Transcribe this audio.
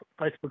Facebook